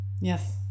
yes